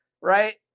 right